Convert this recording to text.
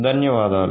ధన్యవాదాలు